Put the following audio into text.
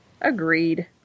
Agreed